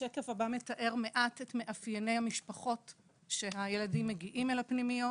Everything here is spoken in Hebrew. השקף הבא מתאר מעט את מאפייני המשפחות שהילדים מגיעים אל הפנימיות.